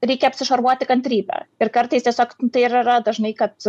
reikia apsišarvuoti kantrybe ir kartais tiesiog tai ir yra dažnai kad